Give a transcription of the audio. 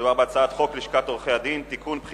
מדובר בהצעת חוק לשכת עורכי-הדין (תיקון,